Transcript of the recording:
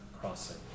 crossing